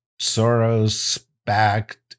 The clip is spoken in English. Soros-backed